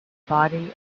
body